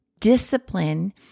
Discipline